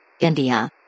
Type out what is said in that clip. India